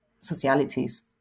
socialities